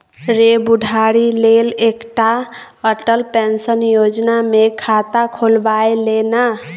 रे बुढ़ारी लेल एकटा अटल पेंशन योजना मे खाता खोलबाए ले ना